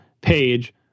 page